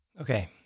Okay